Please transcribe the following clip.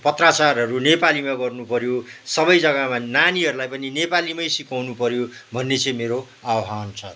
पत्रचारहरू नेपालीमा गर्नु पर्यो सबै जग्गामा नानीहरूलाई पनि नेपालीमै सिकाउनु पर्यो भन्ने चाहिँ मेरो आवहान छ धन्यवाद